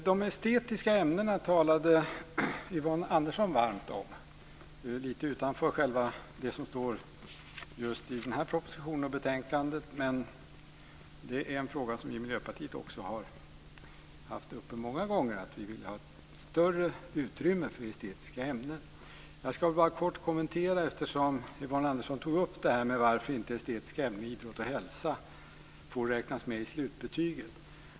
De estetiska ämnena talade Yvonne Andersson varmt om - lite utanför vad som står i propositionen och i betänkandet. Det är en fråga som vi i Miljöpartiet också har haft uppe många gånger. Vi vill ha större utrymme för estetiska ämnen. Jag ska bara kort kommentera det som Yvonne Andersson tog upp, varför inte estetiska ämnen idrott och hälsa får räknas med i slutbetyget.